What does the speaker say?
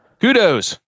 Kudos